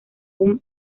una